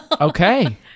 Okay